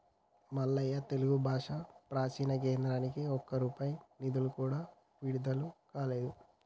మల్లయ్య తెలుగు భాష ప్రాచీన కేంద్రానికి ఒక్క రూపాయి నిధులు కూడా విడుదల కాలేదు